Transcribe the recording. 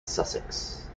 sussex